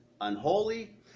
unholy